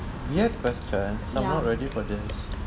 ya